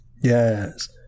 Yes